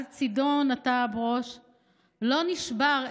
// על צידו נטה הברוש / לא נשבר,